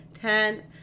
ten